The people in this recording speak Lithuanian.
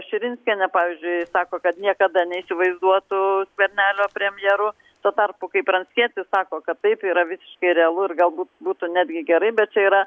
širinskienė pavyzdžiui sako kad niekada neįsivaizduotų skvernelio premjeru tuo tarpu kai pranckietis sako kad taip yra visiškai realu ir galbūt būtų netgi gerai bet čia yra